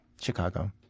Chicago